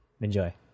Enjoy